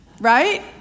right